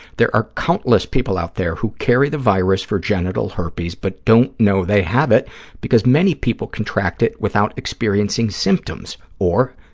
there are countless people out there who carry the virus for genital herpes but don't know they have it because many people contract it without experiencing symptoms, or,